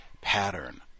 pattern